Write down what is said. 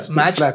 match